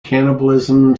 cannibalism